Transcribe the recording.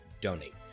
donate